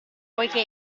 poiché